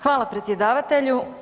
Hvala predsjedavatelju.